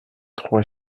trois